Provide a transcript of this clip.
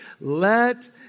let